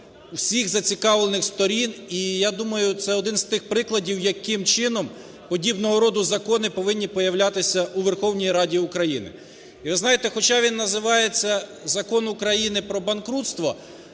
всіх зацікавлених сторін. І я думаю, це один з тих прикладів, яким чином подібного роду закони повинні появлятися у Верховній Раді України. І, ви знаєте, хоча він називається Закон України "Про банкрутство",